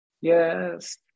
Yes